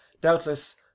doubtless